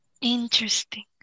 Interesting